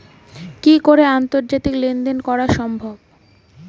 কি করে আন্তর্জাতিক লেনদেন করা সম্ভব?